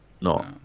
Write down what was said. No